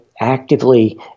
actively